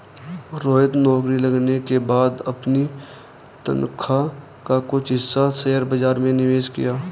रोहित नौकरी लगने के बाद अपनी तनख्वाह का कुछ हिस्सा शेयर बाजार में निवेश किया